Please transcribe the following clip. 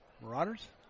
Marauders